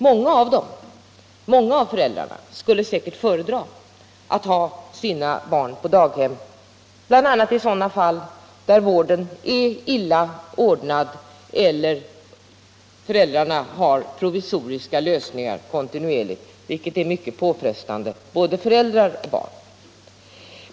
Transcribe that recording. Många av föräldrarna skulle kanske föredra att ha sina barn på daghem, bl.a. i sådana fall där vården är illa ordnad eller föräldrarna har provisoriska lösningar, vilket är mycket påfrestande för både föräldrar och barn.